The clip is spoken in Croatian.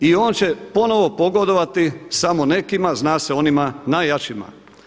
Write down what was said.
I on će ponovno pogodovati samo nekima, zna se onima najjačima.